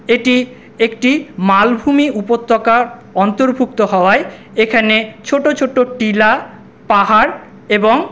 এটি একটি মালভূমি উপত্যকা অন্তর্ভুক্ত হওয়ায় এখানে ছোটো ছোটো টিলা পাহাড় এবং